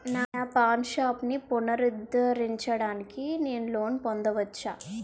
నా పాన్ షాప్ని పునరుద్ధరించడానికి నేను లోన్ పొందవచ్చా?